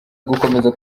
gukomeza